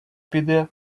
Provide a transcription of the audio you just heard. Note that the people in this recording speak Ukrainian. піде